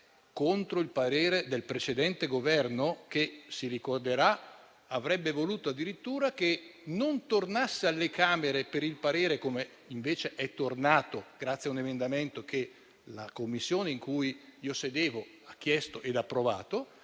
contro il parere del precedente Governo, che - come ricorderà - avrebbe voluto addirittura che non tornasse alle Camere per il parere. Invece è tornato, grazie a un emendamento che la Commissione di cui ero membro ha chiesto ed approvato